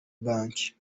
banki